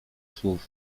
słów